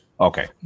okay